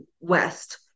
West